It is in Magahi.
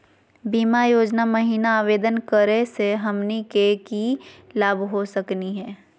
बीमा योजना महिना आवेदन करै स हमनी के की की लाभ हो सकनी हे?